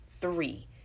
three